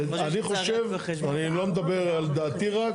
אני חושב, אני לא מדבר על דעתי רק.